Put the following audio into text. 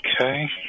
Okay